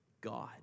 God